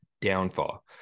downfall